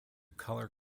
color